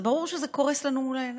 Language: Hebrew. זה ברור שזה קורס לנו מול העיניים.